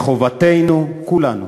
מחובתנו כולנו